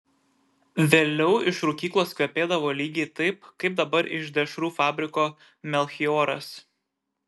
vėliau iš rūkyklos kvepėdavo lygiai taip kaip dabar iš dešrų fabriko melchioras